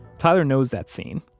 tyler knows that scene.